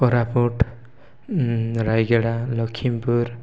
Koraput Rayagada Lakshmipur